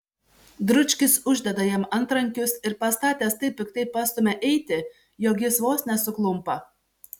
dručkis uždeda jam antrankius ir pastatęs taip piktai pastumia eiti jog jis vos nesuklumpa